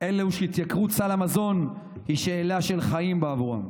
אלו שהתייקרות סל המזון היא שאלה של חיים בעבורם.